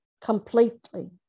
completely